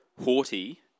haughty